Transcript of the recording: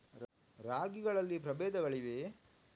ರಾಗಿಗಳಲ್ಲಿ ಪ್ರಬೇಧಗಳಿವೆಯೇ?